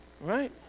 right